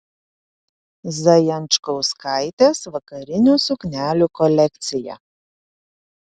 zajančkauskaitės vakarinių suknelių kolekcija